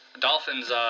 Dolphins